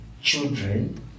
children